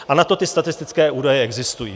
A na to ty statistické údaje existují.